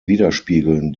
widerspiegeln